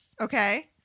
Okay